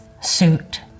suit